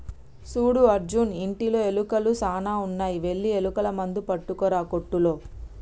సూడు అర్జున్ ఇంటిలో ఎలుకలు సాన ఉన్నాయి వెళ్లి ఎలుకల మందు పట్టుకురా కోట్టులో